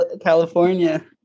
california